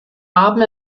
haben